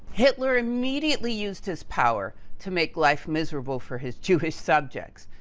hitler immediately used his power to make life miserable for his jewish subjects.